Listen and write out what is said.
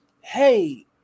hey